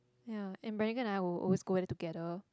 ya Brenagon and I will always go there together